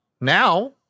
Now